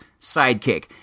sidekick